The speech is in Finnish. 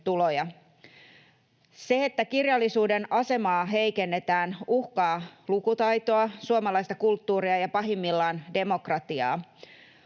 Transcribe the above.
Se, että kirjallisuuden asemaa heikennetään, uhkaa lukutaitoa, suomalaista kulttuuria ja pahimmillaan demokratiaa.